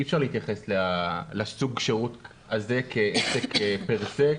אי אפשר להתייחס לסוג השירות הזה כעסק פר-סה,